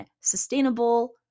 sustainable